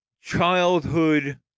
childhood